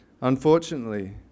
unfortunately